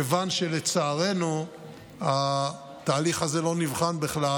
כיוון שלצערנו התהליך הזה לא נבחן בכלל